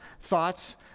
thoughts